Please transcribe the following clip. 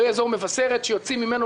באופן כתיבת המכרזים,